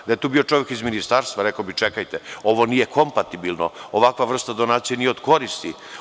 Da je tu bio čovek iz Ministarstva rekao bi- čekajte, ovo nije kompatibilno, ovakva vrsta donacije nije od koristi.